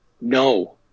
No